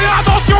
attention